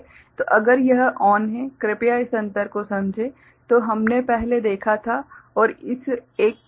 तो अगर यह ON है कृपया इस अंतर को समझें जो हमने पहले देखा था और इस एक के बीच